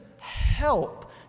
help